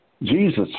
Jesus